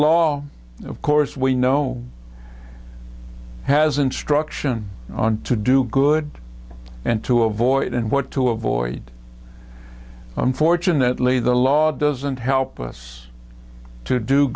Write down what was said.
law of course we know has instruction on to do good and to avoid and what to avoid unfortunately the law doesn't help us to do